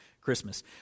Christmas